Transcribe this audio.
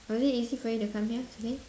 was it easy for you to come here today